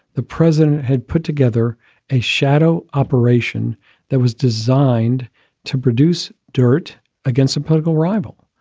the president had put together a shadow operation that was designed to produce dirt against a political rival.